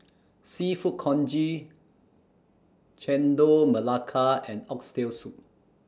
Seafood Congee Chendol Melaka and Oxtail Soup